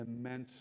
immense